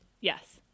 yes